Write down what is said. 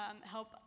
help